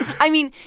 i mean,